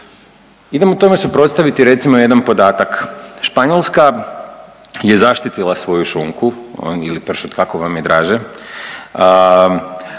Idemo tome suprotstaviti recimo jedan podatak. Španjolska je zaštitila svoju šunku ili pršut kako vam je draže.